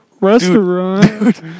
Restaurant